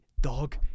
dog